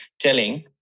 telling